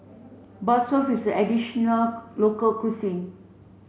is a traditional local cuisine